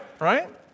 right